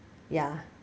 ya